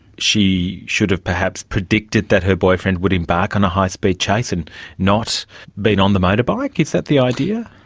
she should have perhaps predicted that her boyfriend would embark on a high-speed chase and not been on the motorbike? is that the idea?